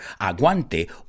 aguante